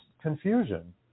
confusion